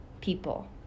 people